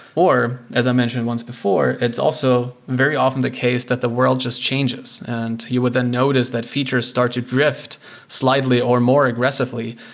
or, as i mentioned once before, it's also very often the case that the world just changes and you would then notice that features start to drift slightly or more aggressively,